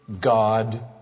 God